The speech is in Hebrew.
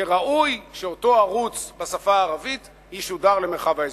שראוי שאותו ערוץ בשפה הערבית ישודר למרחב האזור.